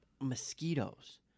Mosquitoes